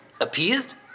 appeased